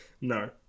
No